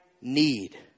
need